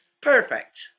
perfect